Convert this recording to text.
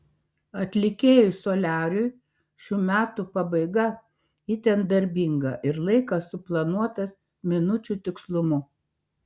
atlikėjui soliariui šių metų pabaiga itin darbinga ir laikas suplanuotas minučių tikslumu